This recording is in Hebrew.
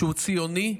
ציוני,